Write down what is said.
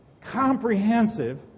comprehensive